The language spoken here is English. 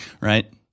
right